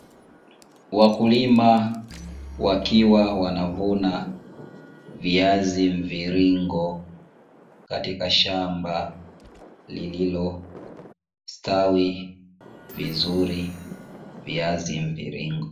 Wakulima wakiwa wanavuna vizazi mviringo katika shamba lililostawi vizuri viazi mviringo.